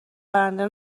برنده